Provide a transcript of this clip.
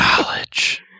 Knowledge